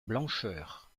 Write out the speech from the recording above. blancheur